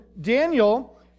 Daniel